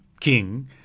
King